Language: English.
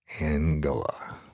Angola